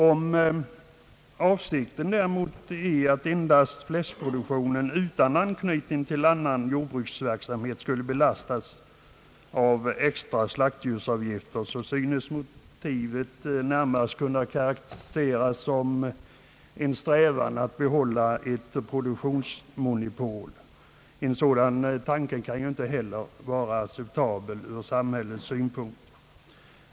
Om avsikten däremot är, att endast fläskproduktion utan anknytning till annan jordbruksverksamhet skulle drabbas av extra slaktdjursavgifter, synes motivet närmast kunna karakteriseras som en strävan att behålla ett produktionsmonopol. En sådan tanke kan ju inte heller vara acceptabel ur samhällets synpunkt.